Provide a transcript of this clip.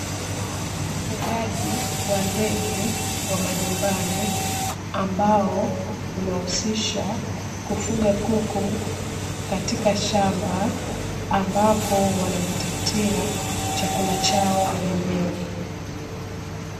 Ufugaji wa ndege wa majumbani, ambao unahusisha kufuga kuku katika shamba ambapo, wanajitafutia chakula chao wenyewe.